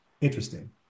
interesting